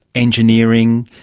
engineering,